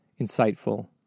insightful